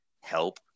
help